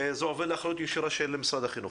זה עובר לאחריות ישירה של משרד החינוך.